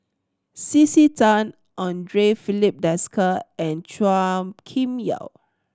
C C Tan Andre Filipe Desker and Chua Kim Yeow